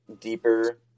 deeper